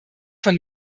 von